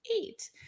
eight